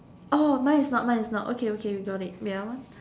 oh mine is not mine is not okay okay we got it wait ah one